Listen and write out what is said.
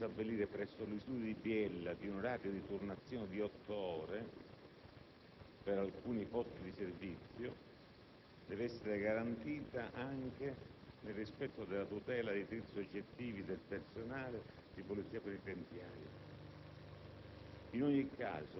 la decisione di stabilire presso l'istituto di Biella un orario di turnazione di otto ore per alcuni posti di servizio deve essere garantita anche nel rispetto della tutela dei diritti soggettivi del personale di Polizia penitenziaria.